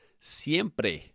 siempre